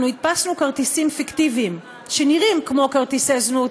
אנחנו הדפסנו כרטיסים פיקטיביים שנראים כמו כרטיסי זנות,